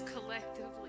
Collectively